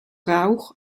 rauch